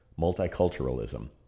multiculturalism